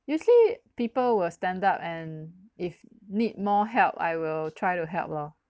usually people will stand up and if need more help I will try to help lor